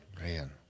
Man